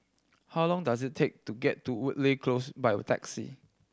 how long does it take to get to Woodleigh Close by taxi